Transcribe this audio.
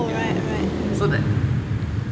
ya so that